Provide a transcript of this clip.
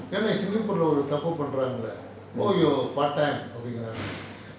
என்ன:enna singapore leh ஒரு தப்பு பன்றாங்களே:oru thappu panrangalae oh you're part time அப்புடிங்குராங்க:appudinguranga